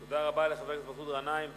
תודה רבה לחבר הכנסת מסעוד גנאים.